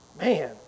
man